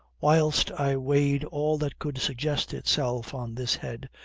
whilst i weighed all that could suggest itself on this head,